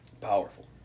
powerful